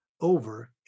over